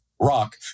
rock